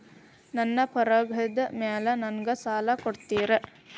ನನ್ನ ಪಗಾರದ್ ಮೇಲೆ ನಂಗ ಸಾಲ ಕೊಡ್ತೇರಿ?